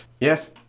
Yes